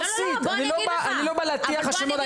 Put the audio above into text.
אני לא בא להטיח אשמות.